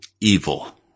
evil